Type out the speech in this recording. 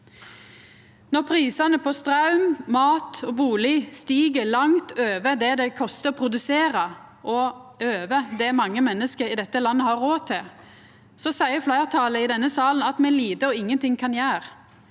Når prisane på straum, mat og bustad stig langt over det det kostar å produsera, og over det mange menneske i dette landet har råd til, seier fleirtalet i denne salen at me lite og ingenting kan gjera.